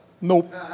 Nope